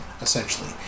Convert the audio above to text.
essentially